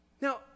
Now